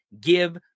give